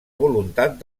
voluntat